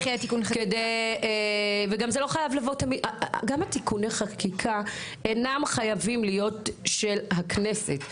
גם תיקוני החקיקה אינם חייבים להיות של הכנסת.